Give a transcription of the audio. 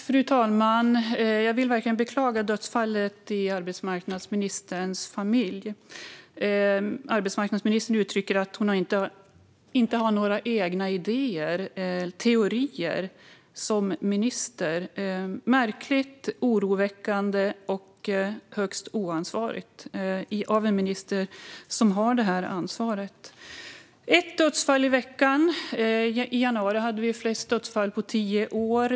Fru talman! Jag vill verkligen beklaga dödsfallet i arbetsmarknadsministerns familj. Arbetsmarknadsministern uttrycker att hon inte har några egna idéer, teorier, som minister. Det är märkligt, oroväckande och högst oansvarigt av en minister som har detta ansvar. Det är ett dödsfall i veckan. I januari hade vi flest dödsfall på tio år.